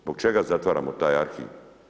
Zbog čega zatvaramo taj arhiv?